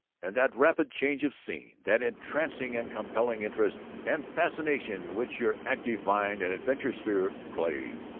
and that rapid change of scene, that entrancing and compelling interest and fascination, which your active mind and adventurous spirit crave.